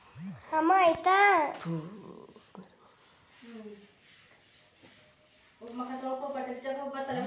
NPK ರಸಗೊಬ್ಬರಗಳು ಸಾರಜನಕ ರಂಜಕ ಮತ್ತು ಪೊಟ್ಯಾಸಿಯಮ್ ಅನ್ನು ಒದಗಿಸುವ ಮೂರುಘಟಕ ರಸಗೊಬ್ಬರಗಳಾಗಿವೆ